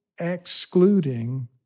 excluding